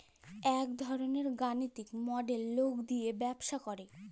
ইক ধরলের গালিতিক মডেল লকে দিয়ে ব্যবসা করে